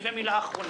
משפט אחרון: